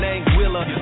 Anguilla